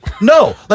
No